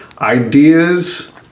ideas